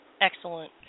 Excellent